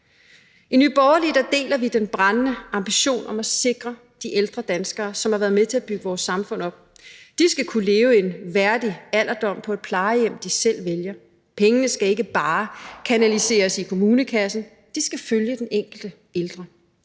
I Nye Borgerlige deler vi den brændende ambition om at sikre de ældre danskere, som har været med til at bygge vores samfund op. De skal kunne leve en værdig alderdom på et plejehjem, de selv vælger. Pengene skal ikke bare kanaliseres i kommunekassen. De skal følge den enkelte ældre.